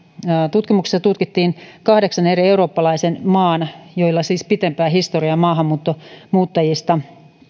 tutkimuksessa vertailtiin kahdeksan eri eurooppalaisen maan joilla siis on pitempää historiaa maahanmuuttajista